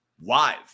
live